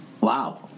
Wow